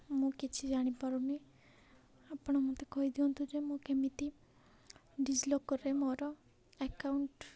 ମୁଁ କିଛି ଜାଣିପାରୁନି ଆପଣ ମୋତେ କହିଦିଅନ୍ତୁ ଯେ ମୁଁ କେମିତି ଡିଜଲକର୍ରେ ମୋର ଆକାଉଣ୍ଟ୍